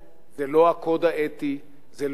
זה לא הקוד האתי, זה לא המוסר,